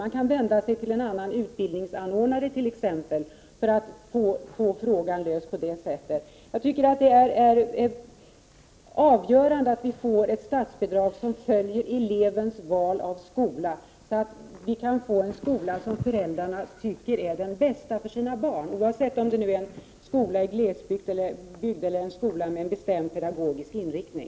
Man kunde t.ex. vända sig till en annan utbildningsanordnare för att på det sättet få problemet löst. Jag tycker det är avgörande att få ett statsbidrag som följer elevens val av skola, så att man får den skola som föräldrarna anser vara den bästa för deras barn, oavsett om det är en skola i glesbygd eller en skola med en bestämd pedagogisk inriktning.